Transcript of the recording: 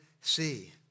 see